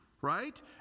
right